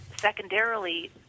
secondarily